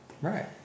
Right